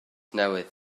newydd